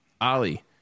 Ali